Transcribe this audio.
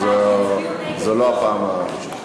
זאת לא הפעם הראשונה.